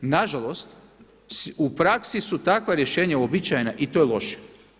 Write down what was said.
Nažalost, u praksi su takva rješenja uobičajena i to je loše.